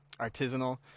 artisanal